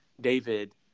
David